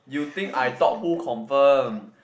you think I thought who confirm